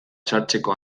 sartzeko